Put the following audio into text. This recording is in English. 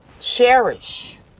cherish